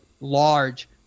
large